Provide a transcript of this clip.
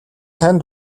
танд